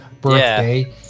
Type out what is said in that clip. birthday